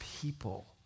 people